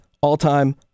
all-time